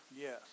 Yes